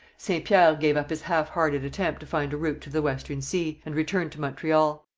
saint-pierre gave up his half-hearted attempt to find a route to the western sea, and returned to montreal.